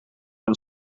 een